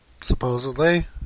Supposedly